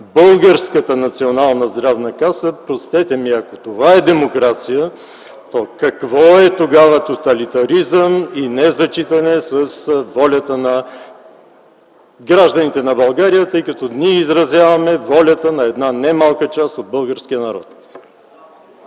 българската Национална здравна каса, простете ми, но ако това е демокрация ... какво тогава е тоталитаризъм и незачитане с волята на гражданите на България, тъй като ние изразяваме волята на една не малка част от българския народ?!